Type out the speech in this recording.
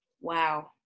Wow